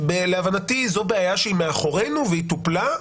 להבנתי זו בעיה שהיא מאחורינו והיא טופלה.